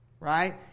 Right